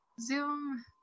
Zoom